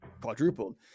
quadrupled